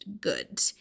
good